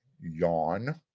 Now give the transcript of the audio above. yawn